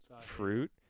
fruit